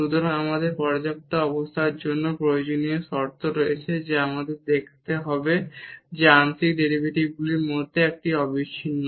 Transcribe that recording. সুতরাং আমাদের পর্যাপ্ত অবস্থার জন্য প্রয়োজনীয় শর্ত রয়েছে যা আমাদের দেখাতে হবে যে আংশিক ডেরিভেটিভগুলির মধ্যে একটি অবিচ্ছিন্ন